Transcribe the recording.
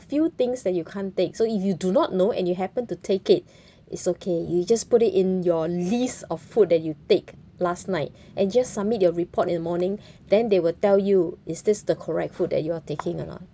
few things that you can't take so if you do not know and you happen to take it it's okay you just put it in your list of food that you take last night and just submit your report in the morning then they will tell you is this the correct food that you are taking or not